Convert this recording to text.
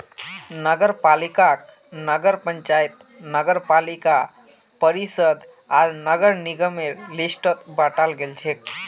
नगरपालिकाक नगर पंचायत नगरपालिका परिषद आर नगर निगमेर लिस्टत बंटाल गेलछेक